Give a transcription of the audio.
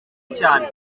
cyane